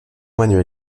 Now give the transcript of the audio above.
manuel